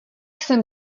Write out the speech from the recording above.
jsem